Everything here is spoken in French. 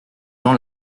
jean